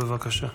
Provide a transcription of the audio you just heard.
בבקשה.